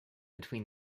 between